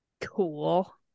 Cool